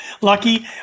Lucky